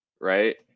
right